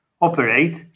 operate